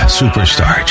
superstar